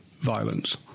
violence